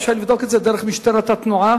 אפשר לבדוק את זה דרך משטרת התנועה,